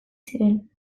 ziren